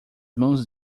mãos